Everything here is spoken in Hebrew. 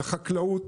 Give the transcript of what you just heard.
לחקלאות,